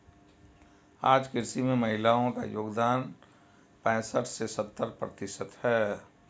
आज कृषि में महिलाओ का योगदान पैसठ से सत्तर प्रतिशत है